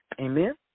Amen